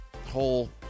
whole